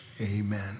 Amen